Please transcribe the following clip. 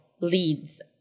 leads